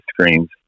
screens